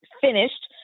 finished